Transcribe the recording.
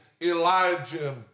Elijah